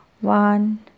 One